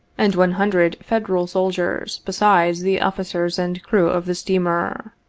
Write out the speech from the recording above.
and one hundred federal soldiers, besides the officers and crew of the steamer.